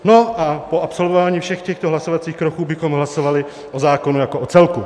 No a po absolvování všech těchto hlasovacích kroků bychom hlasovali o zákonu jako o celku.